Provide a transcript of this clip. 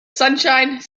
sunshine